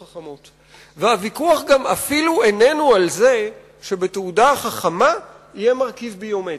והוויכוח גם איננו על זה שבתעודה חכמה יהיה מרכיב ביומטרי.